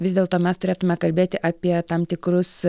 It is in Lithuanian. vis dėlto mes turėtume kalbėti apie tam tikrus